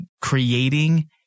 creating